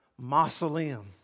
Mausoleum